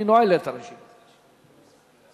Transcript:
רבותי, אני נועל את רשימת הדוברים שמונחת אצלי.